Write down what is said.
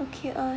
okay uh